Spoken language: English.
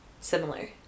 similar